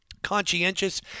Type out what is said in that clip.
conscientious